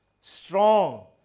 strong